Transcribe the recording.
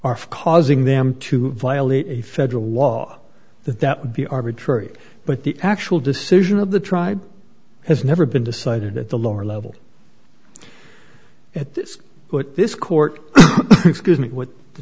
are causing them to violate a federal law that that would be arbitrary but the actual decision of the tribe has never been decided at the lower level at this but this court excuse me what the